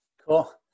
cool